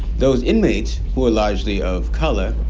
those inmates, who are largely of color,